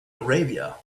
arabia